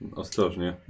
ostrożnie